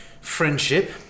friendship